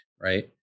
right